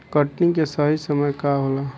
कटनी के सही समय का होला?